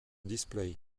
display